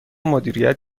مدیریت